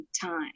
time